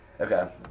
Okay